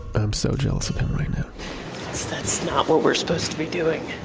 am so jealous of him right now that's not what we're supposed to be doing